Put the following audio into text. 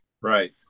Right